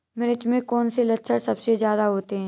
मिर्च में कौन से लक्षण सबसे ज्यादा होते हैं?